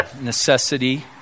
necessity